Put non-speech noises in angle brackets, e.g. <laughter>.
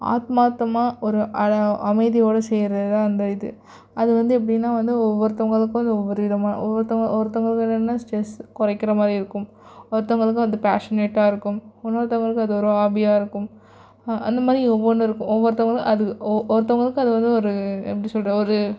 ஆத்மார்த்தமாக ஒரு <unintelligible> அமைதியோடு செய்யுறதுதான் அந்த இது அது வந்து எப்படின்னா வந்து ஒவ்வொருத்தவங்களுக்கும் அது ஒவ்வொரு விதமாக ஒவ்வொருத்தவங்க ஒருத்தவங்க <unintelligible> என்ன ஸ்ட்ரெஸ்ஸு குறைக்கிற மாதிரி இருக்கும் ஒருத்தவர்களுக்கு வந்து பேஷனேட்டாக இருக்கும் இன்னொருத்தவங்களுக்கு அது ஒரு ஹாபியாக இருக்கும் அந்தமாரி ஒவ்வொன்று இருக்கும் ஒவ்வொருத்தவர்களுக்கு அது ஒ ஒருத்தவர்களுக்கு அது வந்து ஒரு எப்படி சொல்வது ஒரு